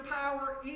power